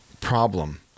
problem